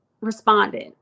responded